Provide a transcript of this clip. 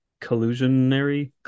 collusionary